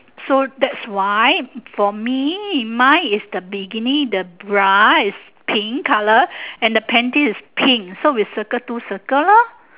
so that's why for me mine is the bikini the bra is pink colour and the panty is pink so we circle two circle lor